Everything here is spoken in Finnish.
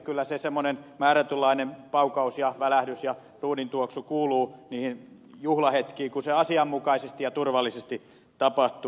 kyllä se semmoinen määrätynlainen paukaus ja välähdys ja ruudintuoksu kuuluvat niihin juhlahetkiin kun se asianmukaisesti ja turvallisesti tapahtuu